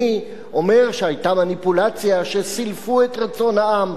אני אומר שהיתה מניפולציה, שסילפו את רצון העם,